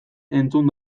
entzun